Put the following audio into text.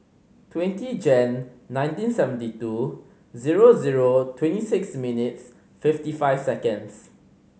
twenty Jan nineteen seventy two zero zero twenty six minutes fifty five seconds